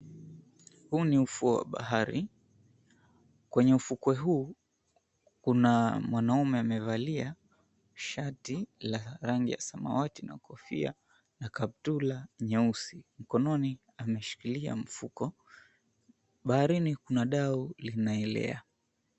Huu ni ufuo wa bahari. Kwenye ufukwe huu kuna mwanaume amevalia shati la rangi ya samawati na kofia na kaptula nyeusi. Mkononi ameshikilia mfuko. Baharini kuna dau linaelea.